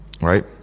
right